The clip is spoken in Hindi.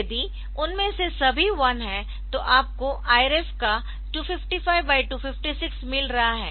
यदि उनमें से सभी 1 है तो आपको I ref का 255256 मिल रहा है